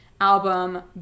album